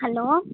hello